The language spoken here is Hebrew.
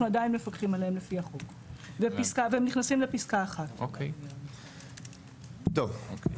עדיין מפקחים עליהם על פי החוק והם נכנסים לפסקה 1. טוב,